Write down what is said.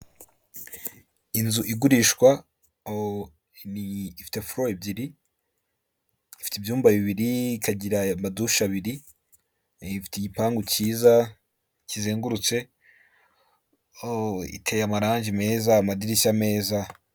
Inzu igurishwa ifite fulo ebyiri, ifite ibyumba bibiri, ikagira ama dushe abiri, ifite igipangu cyiza kizengurutse, iteye amarangi meza amadirishya meza